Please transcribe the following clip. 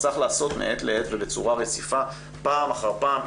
אבל צריך לעשות מעת לעת ובצורה רציפה פעם אחר פעם,